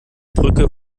brücke